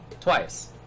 Twice